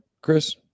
Chris